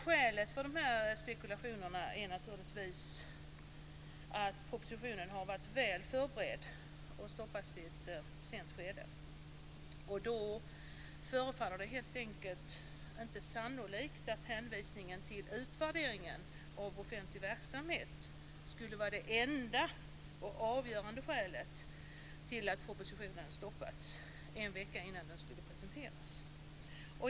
Skälet för spekulationerna är att propositionen har varit väl förberedd och stoppats i ett sent skede. Det förefaller helt enkelt inte sannolikt att utvärderingen av offentlig verksamhet skulle vara det enda och avgörande skälet till att propositionen stoppats en vecka innan den skulle presenteras.